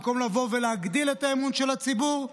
במקום לבוא ולהגדיל את האמון של הציבור,